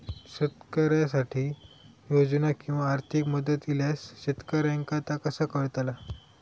शेतकऱ्यांसाठी योजना किंवा आर्थिक मदत इल्यास शेतकऱ्यांका ता कसा कळतला?